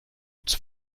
its